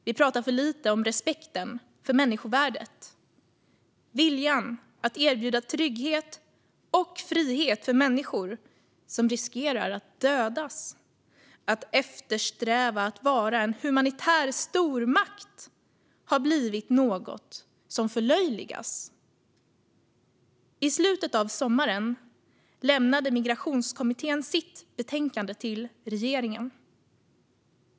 Vi pratar för lite om respekten för människovärdet, viljan att erbjuda trygghet och frihet för människor som riskerar att dödas. Att eftersträva att vara en humanitär stormakt har blivit något som förlöjligas. I slutet av sommaren lämnade Migrationskommittén sitt betänkande till regeringen.